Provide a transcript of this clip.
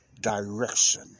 Direction